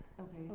Okay